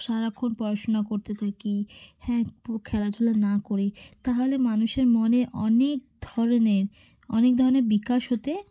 সারাক্ষণ পড়াশোনা করতে থাকি হ্যাঁ খেলাধুলা না করে তাহলে মানুষের মনে অনেক ধরনের অনেক ধরনের বিকাশ হতে